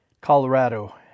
Colorado